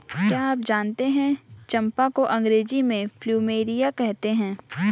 क्या आप जानते है चम्पा को अंग्रेजी में प्लूमेरिया कहते हैं?